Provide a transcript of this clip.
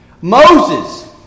Moses